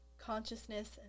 consciousness